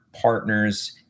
partners